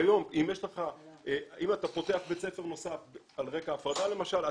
כיום אם אתה פותח בית ספר נוסף על רקע הפרדה למשל,